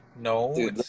No